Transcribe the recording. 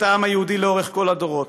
מחברות את העם היהודי לאורך כל הדורות,